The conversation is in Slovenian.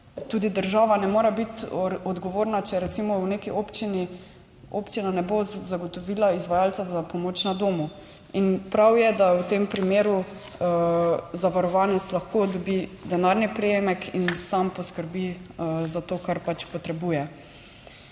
tudi država ne more biti odgovorna, če recimo v neki občini občina ne bo zagotovila izvajalca za pomoč na domu. In prav je, da v tem primeru zavarovanec lahko dobi denarni prejemek in sam poskrbi za to, kar pač potrebuje.